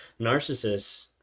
Narcissists